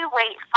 wait